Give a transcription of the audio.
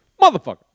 motherfucker